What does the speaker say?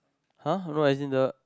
[huh] no as in the